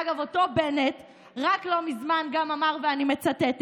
אגב, אותו בנט רק לא מזמן גם אמר, ואני מצטטת: